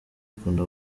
ikunda